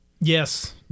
Yes